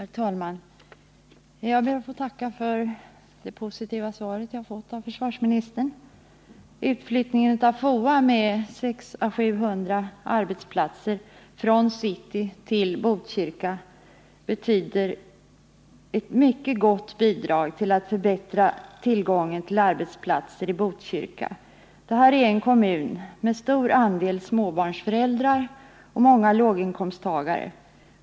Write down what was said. Herr talman! Jag ber att få tacka för det positiva svar jag har fått av försvarsministern. Utflyttningen av FOA med 600-700 arbetsplatser från city till Botkyrka betyder ett mycket gott bidrag till tillgången på arbetsplatser i Botkyrka. Det är en kommun med stor andel småbarnsföräldrar och många låginkomsttagare.